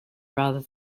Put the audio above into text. rather